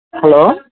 hello